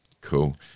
cool